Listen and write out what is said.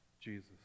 Jesus